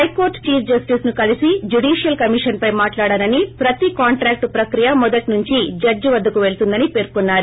high court chief జస్టిస్ను కలిసి judicial కమిషన్పై మాట్లాడానని ప్రతి కాంట్రాక్టు ప్రక్రియ మొదట్సుంచి జడ్జి వద్దకు పెళ్తుందని పెర్కున్సారు